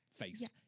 face